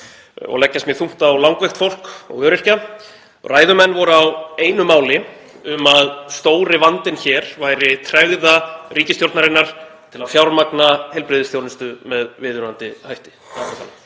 og leggjast mjög þungt á langveikt fólk og öryrkja. Ræðumenn voru á einu máli um að stóri vandinn hér væri tregða ríkisstjórnarinnar til að fjármagna heilbrigðisþjónustu með viðunandi hætti.